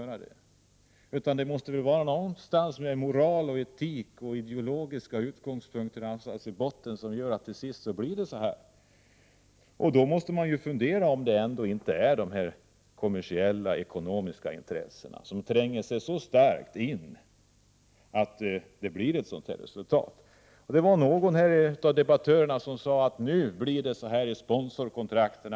Moral, etik och ideologiska utgångspunkter måste väl finnas med någonstans i botten. Det måste väl vara något som blivit fel och som gör att det till sist blir så här. Då måste man ju fundera över om det ändå inte är de kommersiella och ekonomiska intressena som tränger sig så starkt in att det blir ett sådant här resultat. Någon av debattörerna här sade: Nu blir det ”bort med doping” i sponsorkontrakten.